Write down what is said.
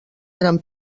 eren